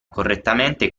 correttamente